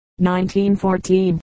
1914